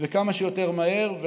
וכמה שיותר מהר.